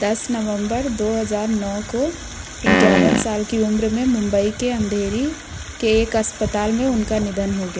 दस नवम्बर दो हज़ार नौ को एकावन साल की उम्र में मुम्बई के अँधेरी के एक अस्पताल में उनका निधन हो गया